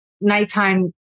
nighttime